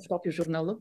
su tokiu žurnalu